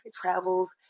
travels